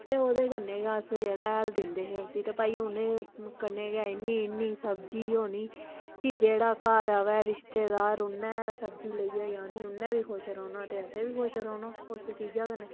ते ओह्दे कन्नै गै अस जेह्ड़ा हैल दिंदे हे उस्सी ते भाई उ'नें कन्नै गै इन्नी इन्नी सब्जी होनी कि जेह्ड़ा घर आवै रिश्तेदार उ'न्नै सब्जी लेइयै जानी उ'न्नै बी खुश रौह्ना ते असें बी खुश रौह्ना उस चीजां कन्नै